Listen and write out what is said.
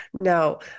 No